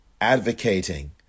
advocating